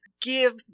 give